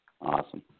Awesome